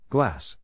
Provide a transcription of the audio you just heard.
Glass